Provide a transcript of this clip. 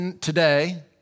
today